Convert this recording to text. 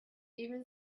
even